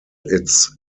its